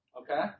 Okay